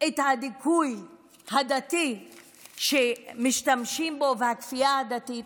את הדיכוי הדתי שמשתמשים בו והכפייה הדתית,